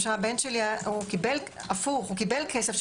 הבן שלי קיבל כסף,